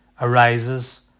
arises